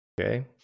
Okay